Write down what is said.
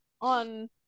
on